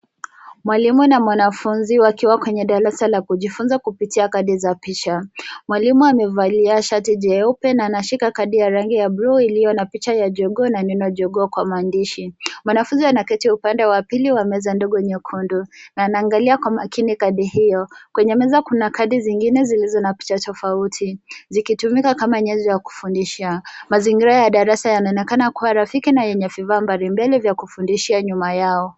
Mwalimu na mwanafunzi wakiwa kwenye darasa la kujifunza kupitia kadi za picha. Mwalimu amevalia shati jeupe na anashika kadi ya rangi ya bluu iliyo na picha ya jogoo na nene jogoo kwa maandishi. Mwanafunzi anaketi upande wa pili wa meza ndogo nyekundu na anaangalia kwa makini kadi hiyo. Kwenye meza kuna kadi zingine zilizo na picha tofauti zikitumika kama nyenzo ya kufundishia. Mazingira ya darasa yanaonekana kuwa rafiki na yenye vifaa mbali mbele vya kufundishia nyuma yao.